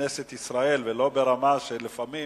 כנסת ישראל ולא ברמה שלפעמים